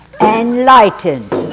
enlightened